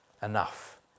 enough